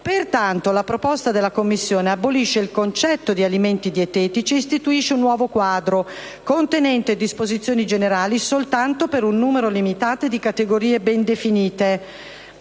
Pertanto, la proposta della Commissione abolisce il concetto di alimenti dietetici e istituisce un nuovo quadro, contenente disposizioni generali soltanto per un numero limitato di categorie ben definite